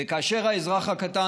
וכאשר האזרח הקטן,